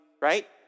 right